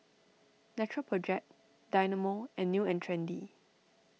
Natural Project Dynamo and New and Trendy